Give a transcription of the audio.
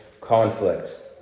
conflicts